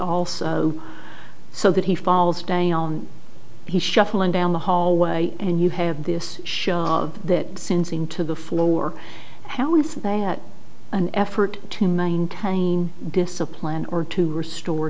also so that he falls day on his shuffling down the hallway and you have this show that syncing to the floor how it's an effort to maintain discipline or to restore